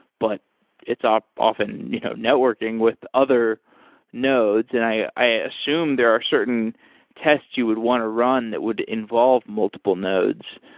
but it's um often you know networking with other nodes. and i i assume there are certain tests you would want to run that would involve multiple nodes.